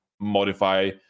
modify